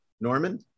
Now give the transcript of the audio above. Norman